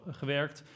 gewerkt